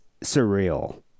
surreal